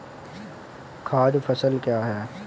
खाद्य फसल क्या है?